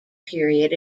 period